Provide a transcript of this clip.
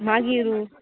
मागीर